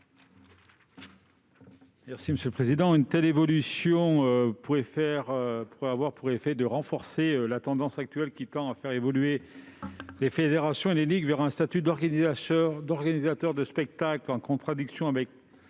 de la commission ? Une telle disposition pourrait avoir pour effet de renforcer la tendance actuelle à faire évoluer les fédérations et les ligues vers un statut d'organisateurs de spectacles, en contradiction avec